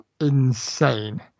insane